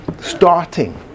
starting